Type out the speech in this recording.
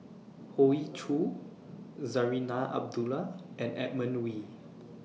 Hoey Choo Zarinah Abdullah and Edmund Wee